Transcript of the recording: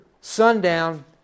sundown